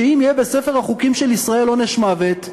אם יהיה בספר החוקים של ישראל עונש מוות,